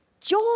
Joy